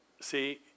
see